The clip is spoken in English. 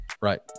Right